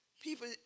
people